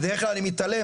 בדרך כלל אני מתעלם,